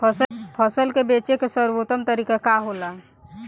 फसल के बेचे के सर्वोत्तम तरीका का होला?